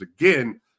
again